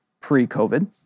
pre-COVID